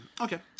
okay